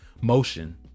motion